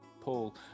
paul